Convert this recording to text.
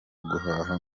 guhaha